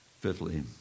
Fifthly